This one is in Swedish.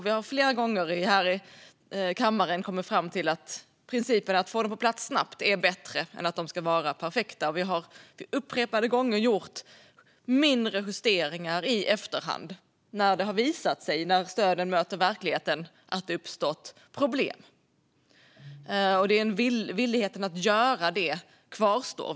Vi har flera gånger här i kammaren kommit fram till att principen att få dem på plats snabbt är bättre än att de ska vara perfekta. Vi har upprepade gånger gjort mindre justeringar i efterhand när det har visat sig att det har uppstått problem när stöden har mött verkligheten. Villigheten att göra det kvarstår.